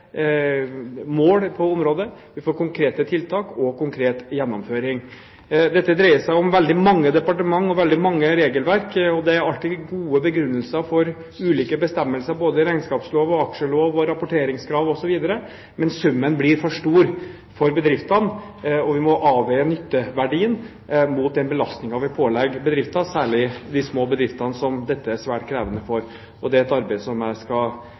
vi får konkrete mål på området, konkrete tiltak og konkret gjennomføring. Dette dreier seg om veldig mange departementer og veldig mange regelverk, og det er alltid gode begrunnelser for ulike bestemmelser, både regnskapslov, aksjelov, rapporteringskrav osv., men summen blir for stor for bedriftene. Vi må avveie nytteverdien mot den belastningen vi pålegger bedriftene, særlig de små bedriftene som dette er svært krevende for. Det er et arbeid som jeg skal